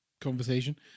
conversation